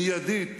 מיידית,